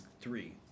Three